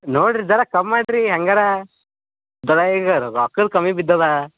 ನೋಡ್ರಿ ಜರ ಕಮ್ ಮಾಡ್ರಿ ಹೆಂಗಾರ ಜರಾ ಈಗ ರೊಕ್ಕದ ಕಮ್ಮಿ ಬಿದ್ದದ